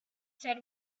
said